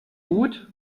gut